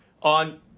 On